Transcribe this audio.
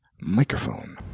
microphone